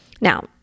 Now